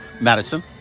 Madison